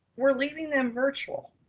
we're leaving them virtual.